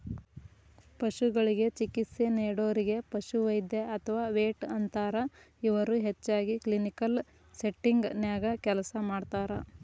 ಪಶುಗಳಿಗೆ ಚಿಕಿತ್ಸೆ ನೇಡೋರಿಗೆ ಪಶುವೈದ್ಯ ಅತ್ವಾ ವೆಟ್ ಅಂತಾರ, ಇವರು ಹೆಚ್ಚಾಗಿ ಕ್ಲಿನಿಕಲ್ ಸೆಟ್ಟಿಂಗ್ ನ್ಯಾಗ ಕೆಲಸ ಮಾಡ್ತಾರ